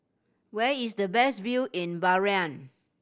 where is the best view in Bahrain